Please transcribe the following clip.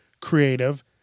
creative